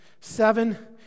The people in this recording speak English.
Seven